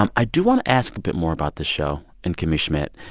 um i do want to ask a bit more about this show in kimmy schmidt